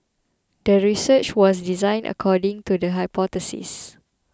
the research was designed according to the hypothesis